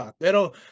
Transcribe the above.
pero